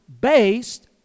based